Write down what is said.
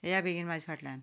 येयात बेगीन म्हज्या फाटल्यान